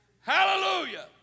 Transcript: Hallelujah